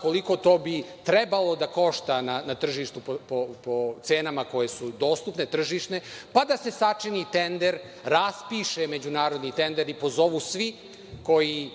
koliko bi to trebalo da košta na tržištu po cenama koje su dostupne, tržišne, pa da se sačini tender, raspišu međunarodni tenderi, pozovu svi koji